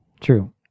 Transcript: True